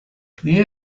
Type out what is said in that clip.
this